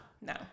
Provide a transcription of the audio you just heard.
No